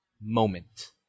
moment